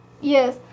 Yes